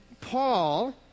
Paul